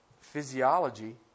physiology